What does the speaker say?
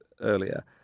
earlier